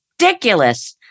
ridiculous